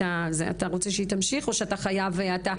אתה רוצה שהיא תמשיך או שאתה חייב לצאת?